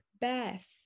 Beth